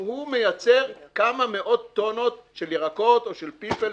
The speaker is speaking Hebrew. הוא מייצר כמה מאות טונות של ירקות או של פלפל.